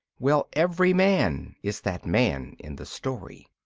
well, every man is that man in the story.